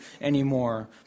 anymore